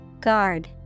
Guard